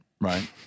right